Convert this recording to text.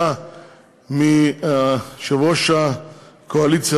תחילתה של ההצעה בהסכמות בין הקואליציה